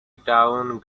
town